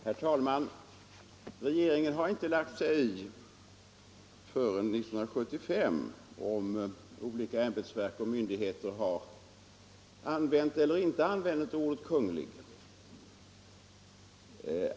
Herr talman! Regeringen har inte förrän 1975 lagt sig i om olika ämbetsverk och myndigheter har använt eller inte har använt ordet Kungl.